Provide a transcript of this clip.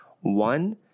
one